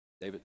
David